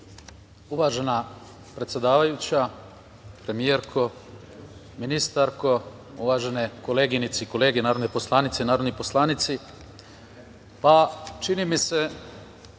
Uvažena predsedavajuća, premijerko, ministarko, uvažene koleginice i kolege narodne poslanice i narodni poslanici, čini mi se,